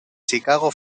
chicago